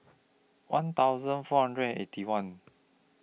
one thousand four hundred and Eighty One